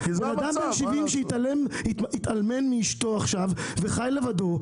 בן אדם בן שבעים שהתאלמן מאשתו וחי לבדו.